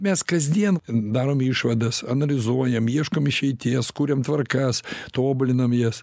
mes kasdien darom išvadas analizuojam ieškom išeities kuriam tvarkas tobulinam jas